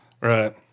Right